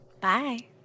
bye